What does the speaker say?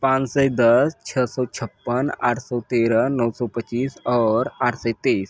पान सै दस छ सौ छप्पन आठ सौ तेरह नौ सौ पच्चीस और आठ सै तेईस